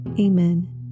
Amen